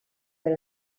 per